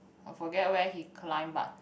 I forget where he climb but